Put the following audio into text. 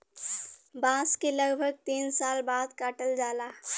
बांस के लगभग तीन साल बाद काटल जाला